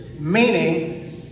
meaning